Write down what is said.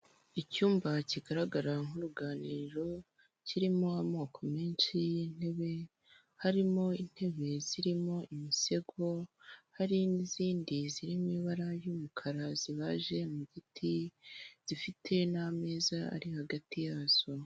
Icyumba kigaragara nk'uruganiriro, kirimo amoko menshi y'intebe, harimo intebe zirimo imisego hari n'izindi zirimo ibara y'umukara zibaje mu giti, zifite n'ameza ari hagati yazo.